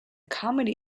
comedy